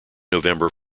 november